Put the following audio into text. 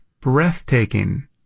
breathtaking